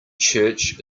church